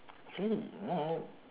actually no no